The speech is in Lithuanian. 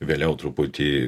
vėliau truputį